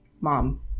mom